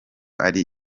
ari